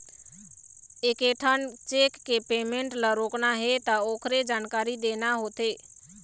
एकेठन चेक के पेमेंट ल रोकना हे त ओखरे जानकारी देना होथे